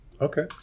Okay